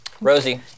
Rosie